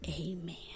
amen